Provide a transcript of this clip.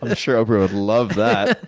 ah sure oprah would love that.